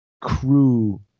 crew